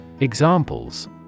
Examples